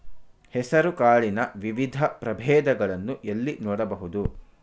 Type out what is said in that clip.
ಹೆಸರು ಕಾಳಿನ ವಿವಿಧ ಪ್ರಭೇದಗಳನ್ನು ಎಲ್ಲಿ ನೋಡಬಹುದು?